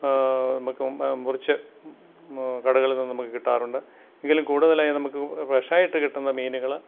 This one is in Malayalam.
നമുക്കും മുറിച്ച് കടകളില് നിന്നും നമുക്ക് കിട്ടാറുണ്ട് എങ്കിലും കൂടുതലായി നമുക്ക് ഫ്രഷായിട്ട് കിട്ടുന്ന മീനുകൾ